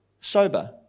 sober